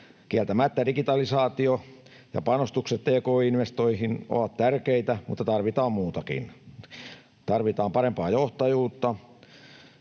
Kieltämättä digitalisaatio ja panostukset tk-investointeihin ovat tärkeitä, mutta tarvitaan muutakin. Tarvitaan parempaa johtajuutta,